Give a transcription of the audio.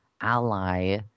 ally